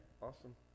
awesome